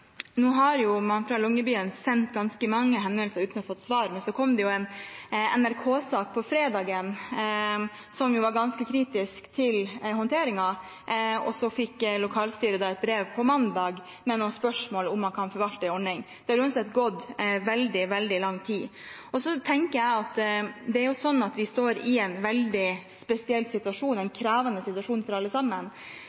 Nå har man jo fra Longyearbyen sendt ganske mange henvendelser uten å ha fått svar. Så kom det en NRK-sak på fredag som var ganske kritisk til håndteringen, og på mandag fikk lokalstyret et brev med noen spørsmål om man kan forvalte en ordning. Det har uansett gått veldig, veldig lang tid. Vi står i en veldig spesiell situasjon – en krevende situasjon for alle sammen – men smittevern og kompensasjon må gå som hånd i